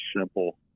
simple